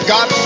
God